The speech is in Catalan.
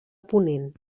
ponent